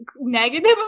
negative